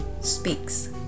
speaks